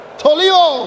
tolio